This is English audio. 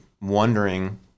wondering